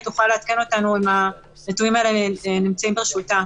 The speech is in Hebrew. היא תוכל לעדכן אותנו אם הנתונים האלה נמצאים ברשותה.